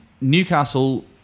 Newcastle